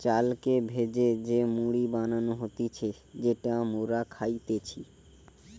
চালকে ভেজে যে মুড়ি বানানো হতিছে যেটা মোরা খাইতেছি